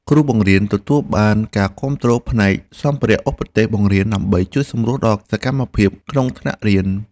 គ្រូបង្រៀនទទួលបានការគាំទ្រផ្នែកសម្ភារៈឧបទេសបង្រៀនដើម្បីជួយសម្រួលដល់សកម្មភាពក្នុងថ្នាក់រៀន។